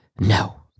no